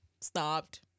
stopped